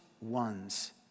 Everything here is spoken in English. ones